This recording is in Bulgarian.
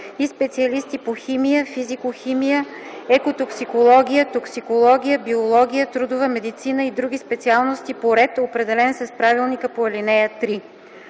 и специалисти по химия, физикохимия, екотоксикология, токсикология, биология, трудова медицина и други специалисти по ред, определен с правилника по ал. 3.”